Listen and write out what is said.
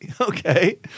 Okay